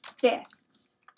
fists